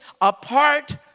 apart